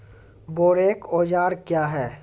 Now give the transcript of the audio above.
बोरेक औजार क्या हैं?